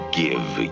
give